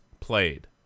played